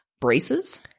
braces